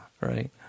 Right